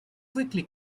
quickly